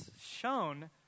shown